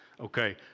Okay